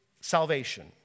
salvation